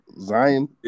Zion